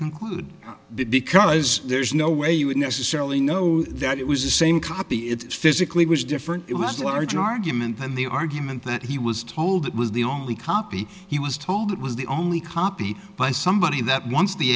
conclude because there's no way you would necessarily know that it was the same copy it physically was different it was a larger argument than the argument that he was told that was the only copy he was told that was the only copy by somebody that once the